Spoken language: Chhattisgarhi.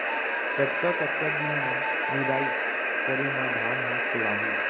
कतका कतका दिन म निदाई करे म धान ह पेड़ाही?